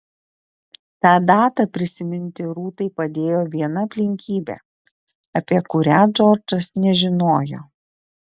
tą datą prisiminti rūtai padėjo viena aplinkybė apie kurią džordžas nežinojo